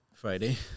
Friday